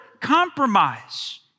compromise